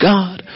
God